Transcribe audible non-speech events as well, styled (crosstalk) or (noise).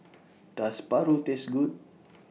(noise) Does Paru Taste Good